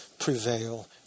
prevail